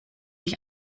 ich